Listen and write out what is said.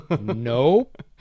Nope